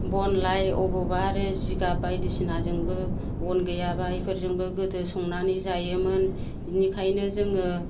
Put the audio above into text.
बनलाय अबेबा आरो जिगाब बायदिसिनाजोंबो बन गैयाबा बेफोरजोंबो गोदो संनानै जायोमोन बेनिखायनो जोङो